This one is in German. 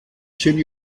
sind